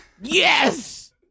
Yes